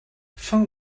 fin